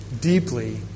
deeply